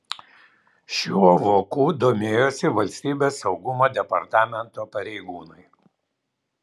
šiuo voku domėjosi valstybės saugumo departamento pareigūnai